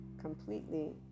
completely